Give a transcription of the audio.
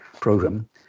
program